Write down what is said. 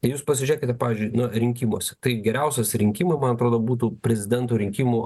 jūs pasižiūrėkite pavyzdžiui rinkimuose tai geriausios rinkimų man atrodo būtų prezidento rinkimų